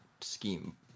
scheme